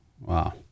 wow